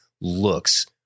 looks